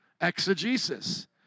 Exegesis